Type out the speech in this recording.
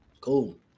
cool